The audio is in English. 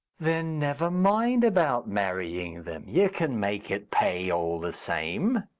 then never mind about marrying them. you can make it pay all the same.